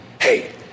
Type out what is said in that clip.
hey